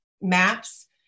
maps